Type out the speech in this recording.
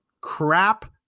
crap